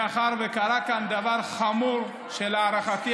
מאחר שקרה כאן דבר חמור שלהערכתי,